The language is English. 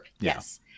yes